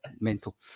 mental